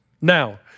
Now